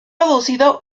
producido